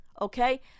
Okay